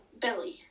belly